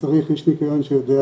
צריך איש ניקיון שיודע